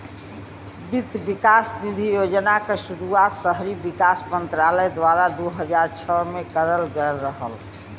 वित्त विकास निधि योजना क शुरुआत शहरी विकास मंत्रालय द्वारा दू हज़ार छह में करल गयल रहल